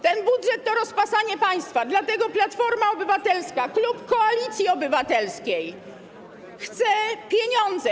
Ten budżet to rozpasanie państwa, dlatego Platforma Obywatelska, klub Koalicji Obywatelskiej chce pieniądze.